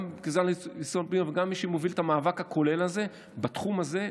גם כסגן השר לביטחון הפנים וגם כמי שמוביל את המאבק הכולל בתחום הזה,